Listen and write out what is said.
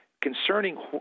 concerning